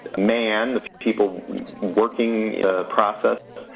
man, the people working process,